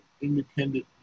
independent